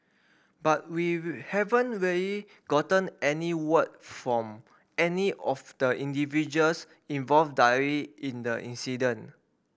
but we haven't really gotten any word from any of the individuals involved directly in the incident